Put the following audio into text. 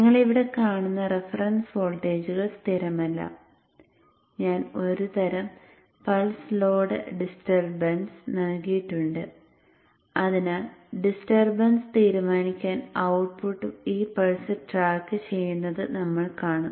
നിങ്ങൾ ഇവിടെ കാണുന്ന റഫറൻസ് വോൾട്ടേജുകൾ സ്ഥിരമല്ല ഞാൻ ഒരുതരം പൾസ് ലോഡ് ഡിസ്റ്റർബൻസ് നൽകിയിട്ടുണ്ട് അതിനാൽ ഡിസ്റ്റർബൻസ് തീരുമാനിക്കാൻ ഔട്ട്പുട്ട് ഈ പൾസ് ട്രാക്കുചെയ്യുന്നത് നമ്മൾ കാണും